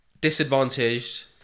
disadvantaged